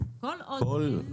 בכל חריגה מהם, צריך אישור השר.